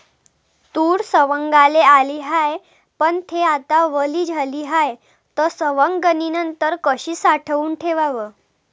तूर सवंगाले आली हाये, पन थे आता वली झाली हाये, त सवंगनीनंतर कशी साठवून ठेवाव?